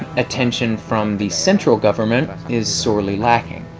attention from the central government is sorely lacking.